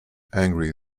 angry